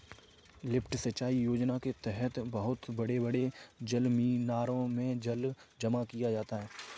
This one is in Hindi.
लिफ्ट सिंचाई योजना के तहद बहुत बड़े बड़े जलमीनारों में जल जमा किया जाता है